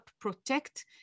protect